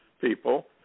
people